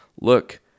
look